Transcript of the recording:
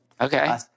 Okay